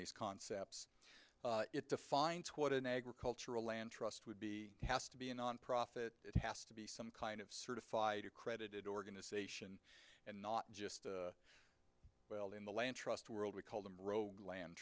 these concepts it defines what an agricultural land trust would be has to be a nonprofit it has to be some kind of certified accredited organization and not just well in the land trust world we call them rogue land